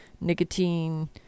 nicotine